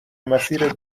مسیر